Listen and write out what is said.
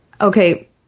Okay